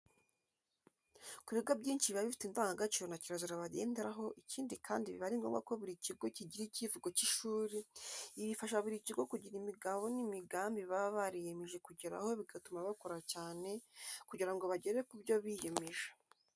Ku bigo byinshi biba bifite indangagaciro na kirazira bagenderaho ikindi kandi biba ari ngombwa ko buri kigo kigira icyivugo cy'ishuri, ibi bifasha buri kigo kugira imigabo n'imigambi baba bariyemeje kugeraho bigatuma bakora cyane kugira ngo bagere ku byo biyemeje.